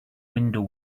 window